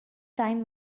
time